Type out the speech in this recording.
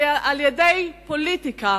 אלא על-ידי פוליטיקה.